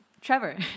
Trevor